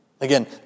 Again